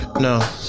No